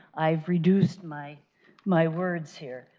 i have reduced my my words, here.